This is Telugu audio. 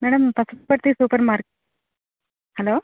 madam Pasuparthi supermarket hello